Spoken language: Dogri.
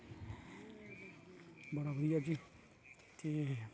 ठीक ऐ जी ठीक